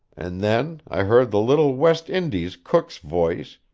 and then i heard the little west indies cook's voice,